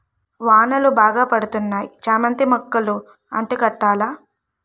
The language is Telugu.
వానలు బాగా పడతన్నాయి చామంతి మొక్కలు అంటు కట్టాల